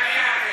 אני אענה.